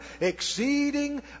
exceeding